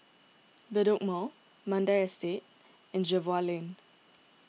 Bedok Mall Mandai Estate and Jervois Lane